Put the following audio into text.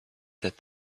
that